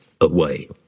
away